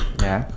ya